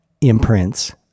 imprints